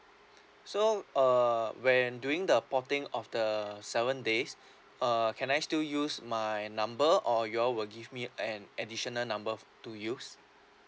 so uh when doing the porting of the seven days uh can I still use my number or you all will give me an additional number f~ to use